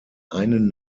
einen